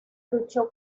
luchó